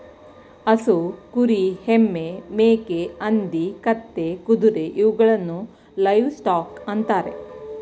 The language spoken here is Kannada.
ಹಸು, ಕುರಿ, ಎಮ್ಮೆ, ಮೇಕೆ, ಹಂದಿ, ಕತ್ತೆ, ಕುದುರೆ ಇವುಗಳನ್ನು ಲೈವ್ ಸ್ಟಾಕ್ ಅಂತರೆ